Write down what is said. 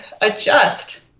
adjust